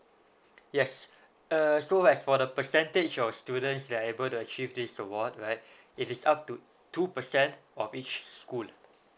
yes uh so as for the percentage of students that are able to achieve this award right it is up to two percent of each school